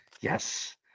Yes